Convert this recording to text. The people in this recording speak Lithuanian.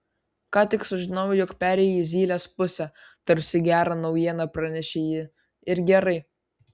ką tik sužinojau jog perėjai į zylės pusę tarsi gerą naujieną pranešė ji ir gerai